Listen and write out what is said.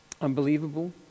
Unbelievable